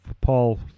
Paul